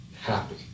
happy